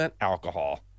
alcohol